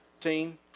team